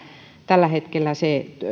tällä hetkellä se